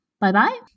Bye-bye